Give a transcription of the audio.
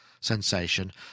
sensation